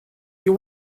you